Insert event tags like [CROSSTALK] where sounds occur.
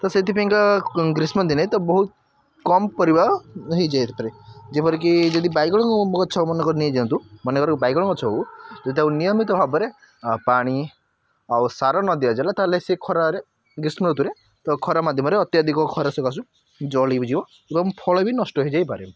ତ ସେଥିପାଇଁକା ଗ୍ରୀଷ୍ମ ଦିନେ ବହୁତ କମ୍ ପରିବା ହୋଇଯାଇ [UNINTELLIGIBLE] ଯେପରିକି ଯଦି ବାଇଗଣ ଗଛ ମନେକର ନେଇଯାଆନ୍ତୁ ମନେକର ବାଇଗଣ ଗଛ ହେଉ ଯଦି ତାକୁ ନିୟମିତ ଭାବରେ ପାଣି ଆଉ ସାର ନ ଦିଆଗଲା ତାହାହେଲେ ସେ ଖରାରେ ଗ୍ରୀଷ୍ମ ଋତୁରେ ଖରା ମାଧ୍ୟମରେ ଅତ୍ୟଧିକ ଖରା ସକାଶୁ ଜଳି ବି ଯିବ ଏବଂ ଫଳ ବି ନଷ୍ଟ ହୋଇଯାଇପାରେ